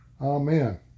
amen